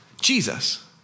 Jesus